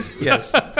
Yes